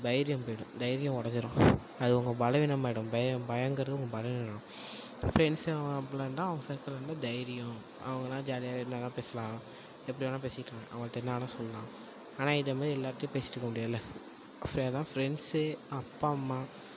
தைரியம் போய்விடும் தைரியம் உடஞ்சிரும் அது உங்கள் பலவீனமாகிடும் பயங்கிறது உங்கள் பலவீனம் ஃப்ரண்ட்ஸை அப்பிடில்லாட்டினா அவங்க ஃப்ரண்ட்ஸ் தைரியம் அவங்களாம் ஜாலியாக இருந்தாங்கனா பேசலாம் எப்படி வேணா பேசிட்டு அவங்க தெரிஞ்சாங்கன்னால் சொல்லாம் ஆனால் இதை மாதிரி எல்லார்கிட்டையும் பேசிகிட்ருக்க முடியாதில்ல அதுதான் ஃப்ரண்ட்சே அப்பா அம்மா